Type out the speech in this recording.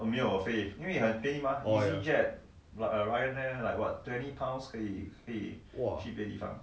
oh ya !whoa!